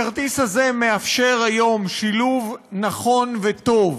הכרטיס הזה מאפשר היום שילוב נכון וטוב